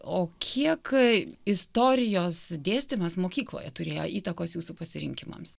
o kiek kai istorijos dėstymas mokykloje turėjo įtakos jūsų pasirinkimams